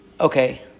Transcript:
Okay